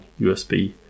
usb